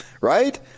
right